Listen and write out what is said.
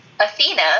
Athena